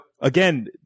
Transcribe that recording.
Again